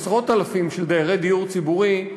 עשרות אלפים של דיירי דיור ציבורי,